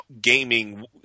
gaming